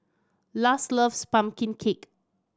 Luz loves pumpkin cake